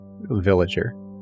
villager